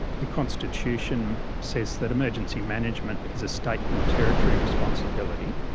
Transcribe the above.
the constitution says that emergency management is a state and territory responsibility.